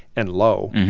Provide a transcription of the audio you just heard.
and low,